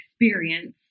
experience